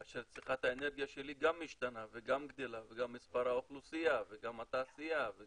כאשר צריכת האנרגיה שלי גם משתנה וגם גדלה וגם האוכלוסייה וגם התעשייה.